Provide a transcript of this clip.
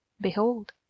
behold